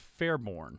Fairborn